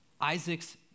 Isaac's